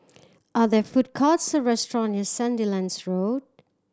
are there food courts or restaurant near Sandilands Road